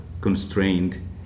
constrained